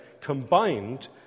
combined